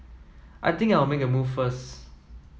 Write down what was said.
I think I'll make a move first